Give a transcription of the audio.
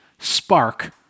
spark